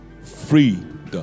Freedom